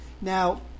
Now